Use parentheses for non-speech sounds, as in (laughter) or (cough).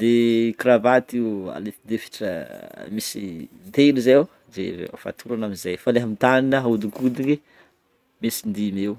de kravaty io alefidefitra (hesitation) misy in-telo zay ô zay aveo fatorana am'zay fa le amin'ny tagnana ahodikodigny misy indimy eo.